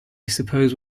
suppose